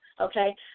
okay